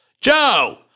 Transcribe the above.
Joe